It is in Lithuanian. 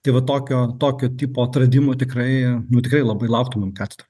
tai va tokio tokio tipo atradimų tikrai nu tikrai labai lauktumėm katedroj